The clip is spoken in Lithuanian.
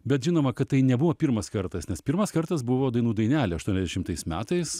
bet žinoma kad tai nebuvo pirmas kartas nes pirmas kartas buvo dainų dainelė aštuoniasdešimtais metais